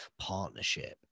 partnership